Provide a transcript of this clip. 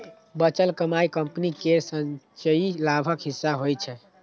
बचल कमाइ कंपनी केर संचयी लाभक हिस्सा होइ छै